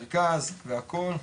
מרכז והכל.